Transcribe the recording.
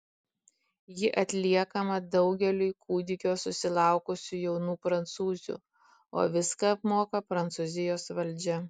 ji atliekama daugeliui kūdikio susilaukusių jaunų prancūzių o viską apmoka prancūzijos valdžia